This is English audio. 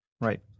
Right